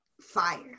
Fire